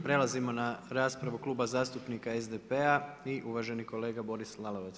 Prelazimo na raspravu Kluba zastupnika SDP-a i uvaženi kolega Boris Lalovac.